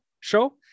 show